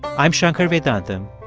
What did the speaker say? i'm shankar vedantam.